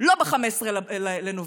לא ב-15 לנובמבר,